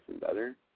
better